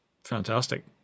Fantastic